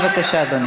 בבקשה, אדוני.